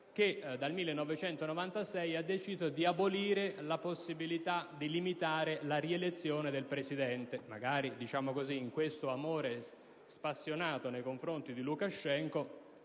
che dal 1996 ha deciso di abolire la possibilità di limitare la rielezione del Presidente (magari, diciamo così, in questo amore spassionato nei confronti di Lukashenko,